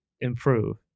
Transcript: improve